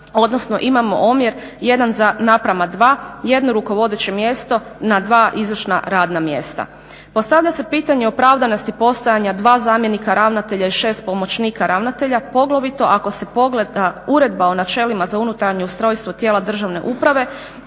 odnosno imamo omjer 1:2, jedno rukovodeće mjesto na dva izvršna radna mjesta. Postavlja se pitanje opravdanosti postojanja 2 zamjenika ravnatelja i 6 pomoćnika ravnatelja poglavito ako se pogleda Uredba o načelima za unutarnje ustrojstvo tijela državne uprave